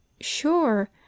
sure